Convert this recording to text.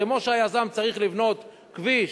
כמו שהיזם צריך לבנות כביש,